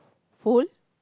whole